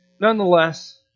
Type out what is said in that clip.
nonetheless